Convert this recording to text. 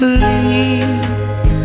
Please